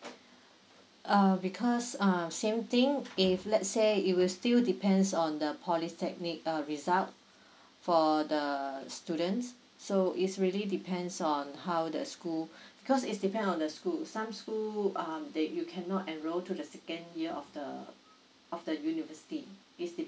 um because err same thing if let's say it will still depends on the polytechnic result for the students so is really depends on how the school because is depend on the school some school um you cannot enroll to the second year of the of the university